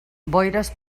boires